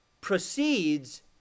proceeds